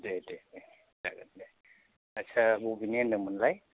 दे दे दे जागोन दे आथसा बबेनि होनदोंमोनलाय